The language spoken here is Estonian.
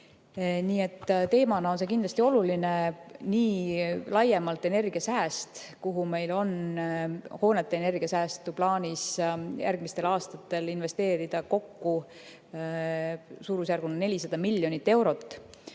teemana on see kindlasti oluline, nii laiemalt energiasääst, kuhu meil on hoonete energiasäästu plaanis järgmistel aastatel investeerida kokku suurusjärguna 400 miljonit eurot,